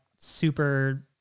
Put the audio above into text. super